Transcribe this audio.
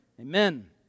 Amen